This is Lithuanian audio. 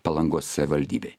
palangos savivaldybei